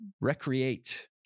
recreate